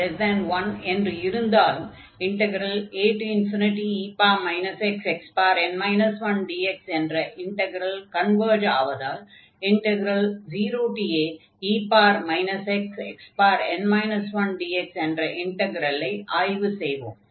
0n1 என்று இருந்தாலும் ae xxn 1dx என்ற இன்டக்ரல் கன்வர்ஜ் ஆவதால் 0ae xxn 1dx என்ற இன்டக்ரலை ஆய்வு செய்வோம்